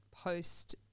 post